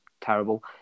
terrible